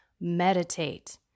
meditate